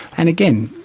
and again,